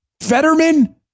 Fetterman